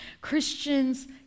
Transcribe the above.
Christians